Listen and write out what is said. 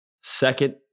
second